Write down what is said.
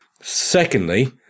Secondly